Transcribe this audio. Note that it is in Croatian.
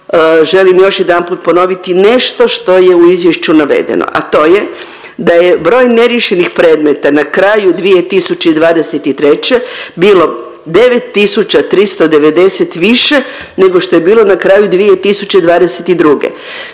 želim još jedanput ponoviti nešto što je u izvješću navedeno, a to je da je broj neriješenih pitanja na kraju 2023. bilo 9390 više nego što je bilo na kraju 2022..